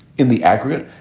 in the aggregate,